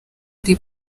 ari